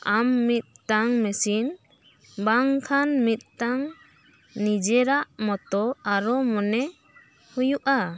ᱟᱢ ᱢᱤᱫᱴᱟᱝ ᱢᱮᱥᱤᱱ ᱵᱟᱝᱠᱷᱟᱱ ᱢᱤᱫᱴᱟᱝ ᱤᱡᱮᱨᱟᱜ ᱢᱚᱛᱚ ᱟᱨᱚ ᱢᱚᱱᱮ ᱦᱩᱭᱩᱜᱼᱟ